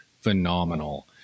phenomenal